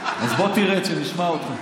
אז בוא תרד, שנשמע אותך.